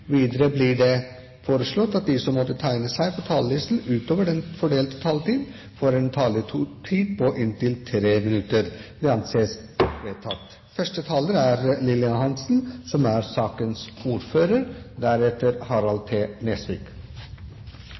Videre blir det foreslått at de som måtte tegne seg på talerlisten utover den fordelte taletid, får en taletid på inntil 3 minutter. – Det anses vedtatt. Deltakerloven og råfiskloven er viktige pilarer i fiskeripolitikken. La meg starte med å si at det er